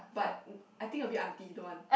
but I think a bit auntie don't want